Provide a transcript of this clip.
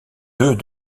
deux